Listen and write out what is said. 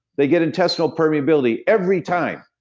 they get intestinal permeability every time.